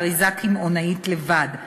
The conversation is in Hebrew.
באריזה קמעונאית לבד.